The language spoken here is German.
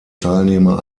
teilnehmer